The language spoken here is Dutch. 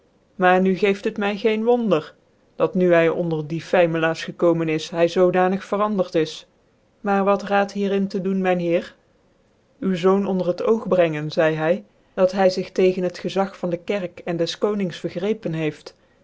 maar nu geeft liet my gecu een neger f geen wonder dat nu hy onder die fymeiaars gekomen is t hy zoodanig verandert is maar wat raad hier in te doen mijn heer u zoon onder het oog te brengen zcidc hy dat hy zich tegen het gezag van de kerken des konings vcrgrecpen heeft